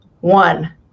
one